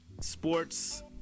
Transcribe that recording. sports